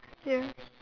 ya